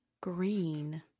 Green